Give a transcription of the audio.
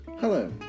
Hello